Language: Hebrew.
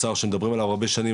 תוצר שמדברים עליו הרבה שנים,